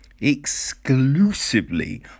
Exclusively